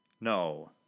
No